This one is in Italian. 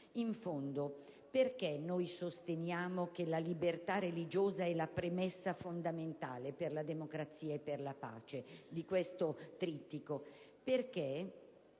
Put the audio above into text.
In fondo, perché noi sosteniamo che la libertà religiosa è la premessa fondamentale per la democrazia e per la pace? Perché